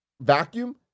vacuum